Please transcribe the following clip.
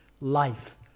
life